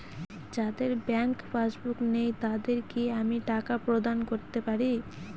যাদের bank passbook নেই তাদের কি আমি টাকা প্রদান করতে পারি?